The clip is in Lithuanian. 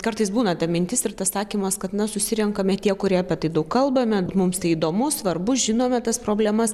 kartais būna ta mintis ir sakymas kad na susirenkame tie kurie apie tai daug kalbame mums tai įdomu svarbu žinome tas problemas